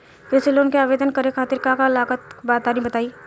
कृषि लोन के आवेदन करे खातिर का का लागत बा तनि बताई?